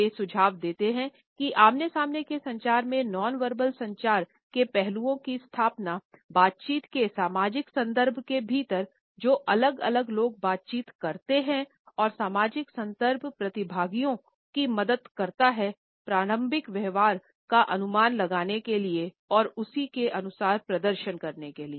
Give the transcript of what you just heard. वे सुझाव देते है कि आमने सामने के संचार में नॉन वर्बल संचार के पहलुओं की स्थापना बातचीत के सामाजिक संदर्भ के भीतर जो अलग अलग लोग बातचीत करते हैं और सामाजिक संदर्भ प्रतिभागियों की मदद करता है प्रामाणिक व्यवहार का अनुमान लगाने के लिए और उसी के अनुसार प्रदर्शन करने के लिए